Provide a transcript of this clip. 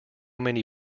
many